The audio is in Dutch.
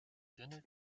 dunner